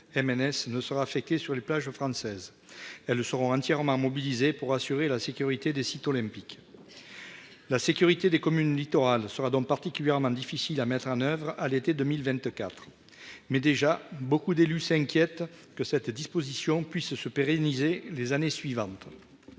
MNS ne sera affecté sur les plages françaises elles seront entièrement mobilisés pour assurer la sécurité des sites olympiques. La sécurité des communes littorales sera donc particulièrement difficile à mettre en oeuvre à l'été 2024 mais déjà beaucoup d'élus s'inquiètent que cette disposition puisse se pérenniser les années suivantes.